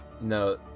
No